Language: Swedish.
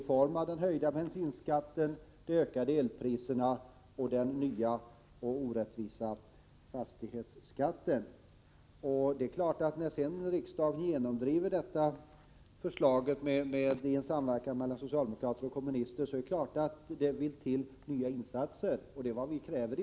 Detta gäller både höjningen av bensinskatten, de ökade elpriserna och den nya och orättvisa fastighetsskatten. När nu riksdagen genomdrivit dessa förslag genom samverkan mellan socialdemokrater och kommunister är det klart att det vill till nya ökade insatser.